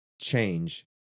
change